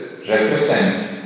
represent